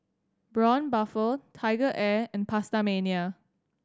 Braun Buffel TigerAir and PastaMania